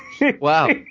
Wow